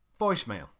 Voicemail